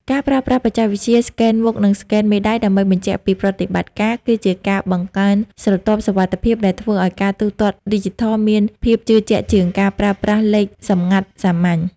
ការប្រើប្រាស់បច្ចេកវិទ្យាស្កែនមុខ និងស្កែនមេដៃដើម្បីបញ្ជាក់ពីប្រតិបត្តិការ គឺជាការបង្កើនស្រទាប់សុវត្ថិភាពដែលធ្វើឱ្យការទូទាត់ឌីជីថលមានភាពជឿជាក់ជាងការប្រើប្រាស់លេខសម្ងាត់សាមញ្ញ។